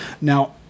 Now